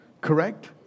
Correct